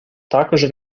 також